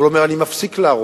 אבל הוא אומר: אני מפסיק להרוס.